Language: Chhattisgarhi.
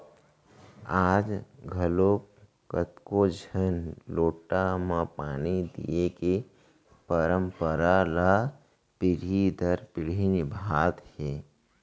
आज घलौक कतको झन लोटा म पानी दिये के परंपरा ल पीढ़ी दर पीढ़ी निभात हें